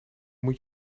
moet